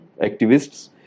activists